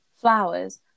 Flowers